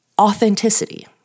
Authenticity